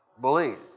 Believe